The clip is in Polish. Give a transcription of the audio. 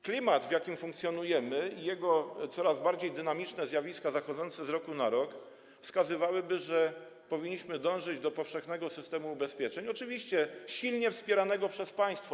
Klimat, w jakim funkcjonujemy, i jego coraz bardziej dynamiczne zjawiska zachodzące z roku na rok wskazują, że powinniśmy dążyć do powszechnego systemu ubezpieczeń, oczywiście silnie wspieranego przez państwo.